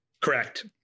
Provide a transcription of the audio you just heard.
Correct